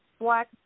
black